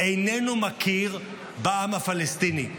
איננו מכיר בעם הפלסטיני.